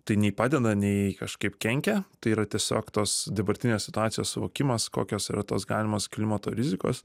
tai nei padeda nei kažkaip kenkia tai yra tiesiog tos dabartinės situacijos suvokimas kokios yra tos galimos klimato rizikos